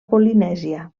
polinèsia